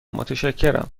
متشکرم